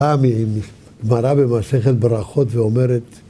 פעם היא מראה במסכת ברכות ואומרת